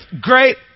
great